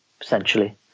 essentially